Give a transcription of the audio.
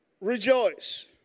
rejoice